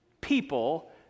People